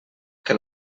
que